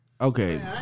okay